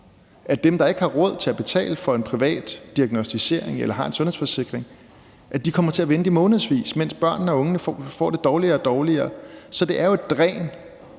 at dem, der ikke har råd til at betale for en privat diagnosticering eller ikke har en sundhedsforsikring, kommer til at vente i månedsvis, mens børnene og de unge får det dårligere og dårligere. Så det er jo et dræn,